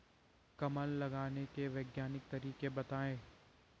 कमल लगाने के वैज्ञानिक तरीके बताएं?